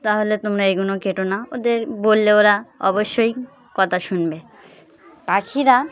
তাহলে তোমরা এগুলো কেটো না ওদের বললে ওরা অবশ্যই কথা শুনবে পাখিরা